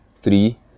three